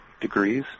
degrees